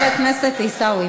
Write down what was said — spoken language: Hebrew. חבר הכנסת עיסאווי,